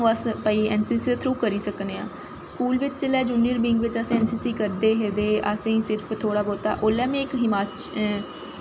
ओह् अस भाई ऐन्न सी सी दे थ्रू करी सकने आं स्कूल बिच्च जिसलै अस ऐन्न सी सी करदे हे ते असें उसलै थोह्ड़ा बौह्त हिमाचल